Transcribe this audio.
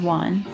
one